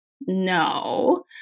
No